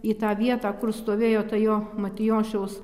į tą vietą kur stovėjo ta jo matijošiaus